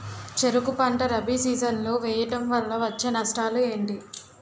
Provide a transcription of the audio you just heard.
చెరుకు పంట రబీ సీజన్ లో వేయటం వల్ల వచ్చే నష్టాలు ఏంటి?